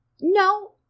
No